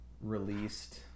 released